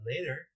later